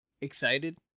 excited